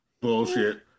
Bullshit